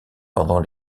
pendant